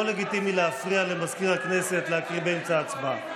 לא לגיטימי להפריע למזכיר הכנסת להקריא באמצע הצבעה.